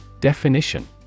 Definition